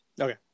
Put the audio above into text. Okay